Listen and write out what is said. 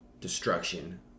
destruction